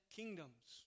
kingdoms